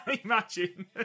Imagine